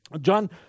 John